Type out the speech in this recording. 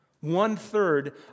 one-third